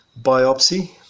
biopsy